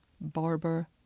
barber